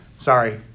Sorry